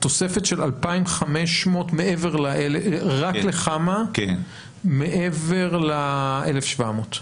תוספת של 2,500 רק לחמ"ע מעבר ל-1,700?